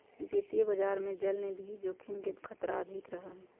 वित्तीय बाजार में चलनिधि जोखिम के खतरा अधिक रहा हई